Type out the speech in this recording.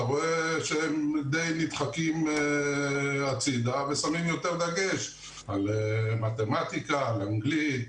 אתה רואה שהם די נדחקים הצידה ושמים יותר דגש על מתמטיקה ועל אנגלית.